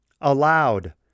allowed